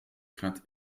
craintes